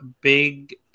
big